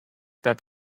that